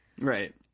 Right